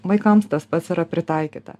vaikams tas pats yra pritaikyta